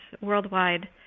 worldwide